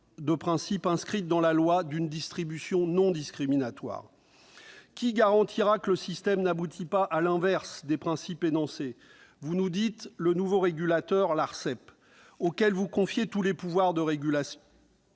de principe inscrite dans la loi d'une distribution non discriminatoire. Qui garantira que le système n'aboutit pas à une situation inverse aux principes énoncés ? Vous instituez un nouveau régulateur, l'Arcep, auquel vous confiez tous les pouvoirs de régulation.